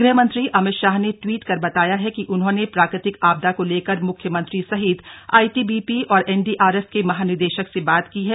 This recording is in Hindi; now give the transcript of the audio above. ग्रह मंत्री अमित शाह ने ट्वीट कर बताया है कि उन्होंने प्राकृतिक आपदा को लेकर मुख्यमंत्री सहित आइटीबीपी और एनडीआरएफ के महानिदेशक से बात की है